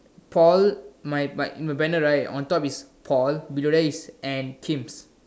Paul my my you banner right on top is Paul below there is and Kim's